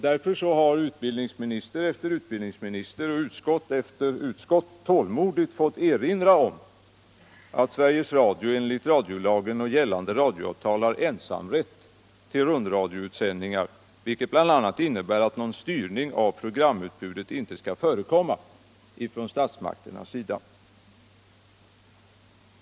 Därför har utbildningsminister efter utbildningsminister och utskott efter utskott tålmodigt fått erinra om att Sveriges Radio enligt radiolagen och gällande radioavtal har ensamrätt till rundradioutsändningar, vilket bl.a. innebär att någon styrning av programutbudet inte skall förekomma från statsmakternas sida.